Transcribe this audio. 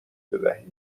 بدهید